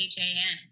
HAN